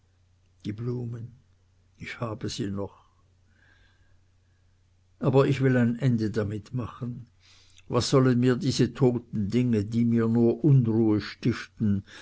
die blumen ich habe sie noch aber ich will ein ende damit machen was sollen mir diese toten dinge die mir nur unruhe stiften